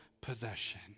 possession